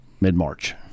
mid-March